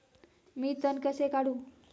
मी तण कसे काढू?